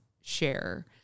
share